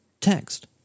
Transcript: text